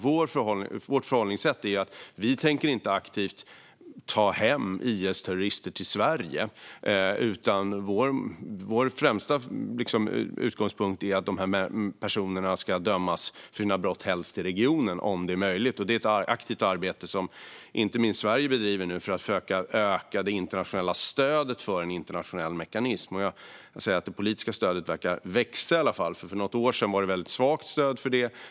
Vårt förhållningssätt är att vi inte aktivt tänker ta hem IS-terrorister till Sverige, utan vår främsta utgångspunkt är att dessa personer helst ska dömas för sina brott i regionen, om det är möjligt. Inte minst Sverige bedriver nu ett aktivt arbete för att försöka öka det internationella stödet för en internationell mekanism. Jag kan säga att det politiska stödet i alla fall verkar växa. För något år sedan var det ett väldigt svagt stöd för detta.